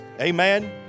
Amen